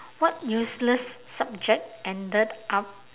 what useless subject ended up